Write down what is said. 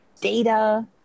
data